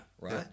right